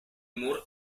moore